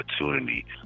opportunity